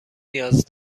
نیاز